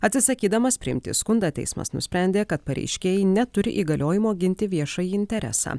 atsisakydamas priimti skundą teismas nusprendė kad pareiškėjai neturi įgaliojimo ginti viešąjį interesą